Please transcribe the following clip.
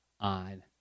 on